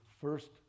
first